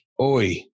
Oi